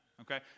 okay